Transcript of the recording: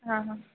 ಹಾಂ ಹಾಂ